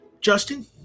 Justin